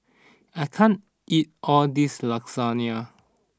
I can't eat all this Lasagna